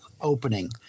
opening